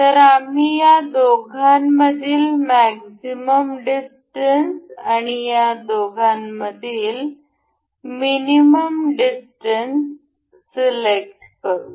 तर आम्ही या दोघांमधील मॅक्झिमम डिस्टन्स आणि या दोघांमधील मिनिमम डिस्टन्स सिलेक्ट करू